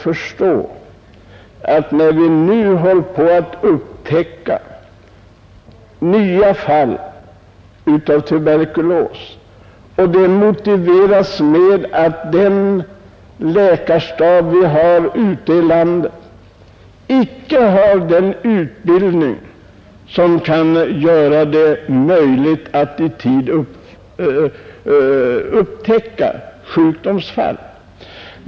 Nu håller vi på och upptäcker nya fall av tuberkolos på grund av att den nuvarande läkarstaben inte har den utbildning som behövs för att i tid upptäcka sjukdomsfall.